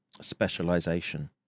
specialization